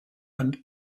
and